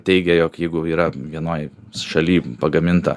teigia jog jeigu yra vienoj šaly pagaminta